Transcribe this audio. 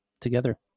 together